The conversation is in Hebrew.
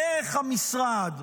דרך המשרד,